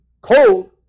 cold